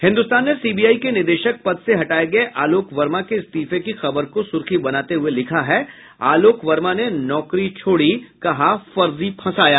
हिन्दुस्तान ने सीबीआई के निदेशक पद से हटाये गये आलोक वर्मा के इस्तीफे की खबर को सुर्खी बनाते हुये लिखा है आलोक वर्मा ने नौकरी छोड़ी कहा फर्जी फंसाया